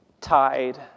tide